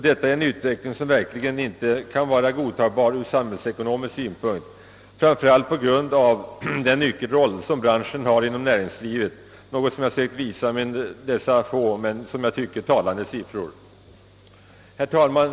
Det är en utveckling som ur samhällsekonomisk synpunkt verkligen inte kan vara godtagbar framför allt med tanke på den nyckelroll, som branschen har inom näringslivet och som jag med några få men som jag tycker talande siffror sökt redovisa.